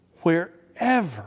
wherever